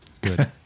Good